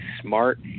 smart